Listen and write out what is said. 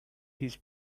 his